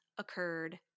occurred